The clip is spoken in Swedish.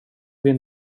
bin